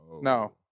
No